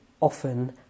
often